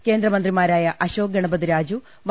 കേന്ദ്രമന്ത്രിമാരായ Ashok Gajapathi Raju Y